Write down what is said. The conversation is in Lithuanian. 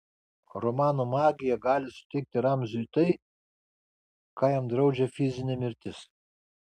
romano magija gali suteikti ramziui tai ką jam draudžia fizinė mirtis